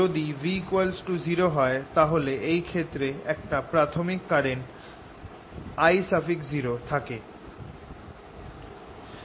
যদি v 0 হয় তাহলে এই ক্ষেত্রে একটা প্রাথমিক কারেন্ট I0 থাকে